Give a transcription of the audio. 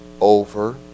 over